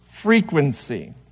Frequency